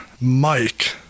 Mike